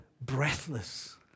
breathless